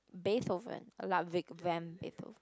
Beethoven Lugwig van Beethoven